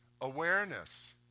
awareness